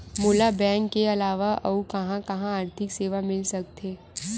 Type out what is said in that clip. मोला बैंक के अलावा आऊ कहां कहा आर्थिक सेवा मिल सकथे?